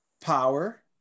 power